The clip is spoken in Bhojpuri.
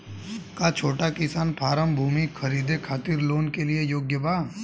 का छोटा किसान फारम भूमि खरीदे खातिर लोन के लिए योग्य बा?